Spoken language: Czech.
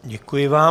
Děkuji vám.